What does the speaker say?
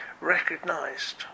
recognised